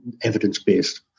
evidence-based